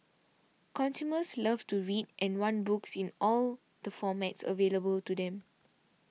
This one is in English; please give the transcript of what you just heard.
consumers love to read and want books in all the formats available to them